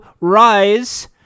rise